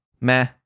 Meh